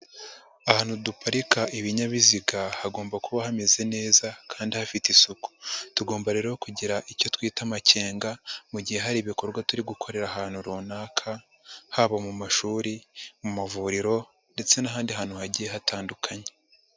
Ahantu duparika ibinyabiziga hagomba kuba hameze neza kandi hafite isuku. Tugomba rero kugira icyo twita amakenga mu gihe hari ibikorwa turi gukorera ahantu runaka, haba mu mashuri, mu mavuriro ndetse n'ahandi hantu hagiye hatandukanye.